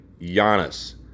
Giannis